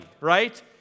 right